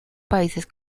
países